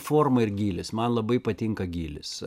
forma ir gylis man labai patinka gylis